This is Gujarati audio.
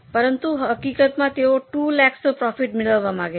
પરંતુ હકીકતમાં તેઓ 2 લાખનો પ્રોફિટ મેળવવા માગે છે